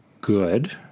good